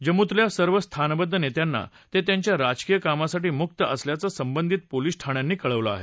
जम्मूतल्या सर्व स्थानबद्ध नेत्यांना ते त्यांच्या राजकीय कामासाठी मुक्त असल्याचं संबंधित पोलीस ठाण्यांनी कळवलं आहे